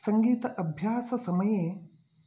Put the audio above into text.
सङ्गीत अभ्याससमये